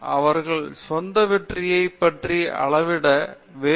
அவர்களின் சொந்த வெற்றியைப் பற்றி அளவிட வேறுபட்ட மெட்ரிக் வைத்திருக்கிறார்கள்